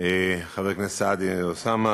חבר הכנסת סעדי אוסאמה